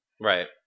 Right